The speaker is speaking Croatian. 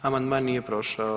Amandman nije prošao.